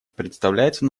представляется